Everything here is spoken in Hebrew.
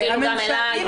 אפילו גם אליי,